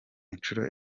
inshuro